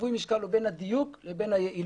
שיווי המשקל הוא בין הדיוק לבין היעילות.